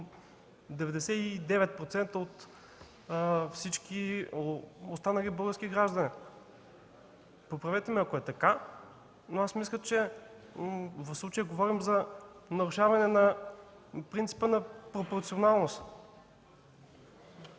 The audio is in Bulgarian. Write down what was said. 99% от всички останали български граждани. Поправете ме, ако е така, но мисля, че в случая говорим за нарушаване на принципа на пропорционалност.